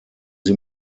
sie